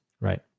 Right